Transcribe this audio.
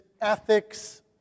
ethics